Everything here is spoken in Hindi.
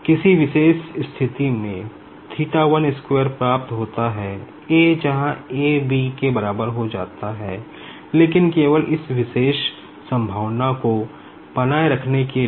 किसी विशेष स्थिति में प्राप्त होता हैए जहाँ a b के बराबर हो जाता हैं लेकिन केवल इस विशेष संभावना को बनाएं रखने के लिए